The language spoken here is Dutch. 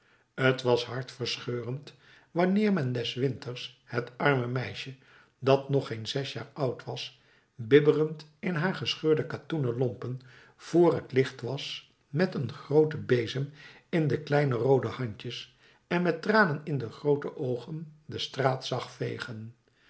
t was hartverscheurend wanneer men des winters het arme meisje dat nog geen zes jaar oud was bibberend in haar gescheurde katoenen lompen vr het licht was met een grooten bezem in de kleine roode handjes en met tranen in de groote oogen de straat zag vegen